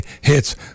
Hits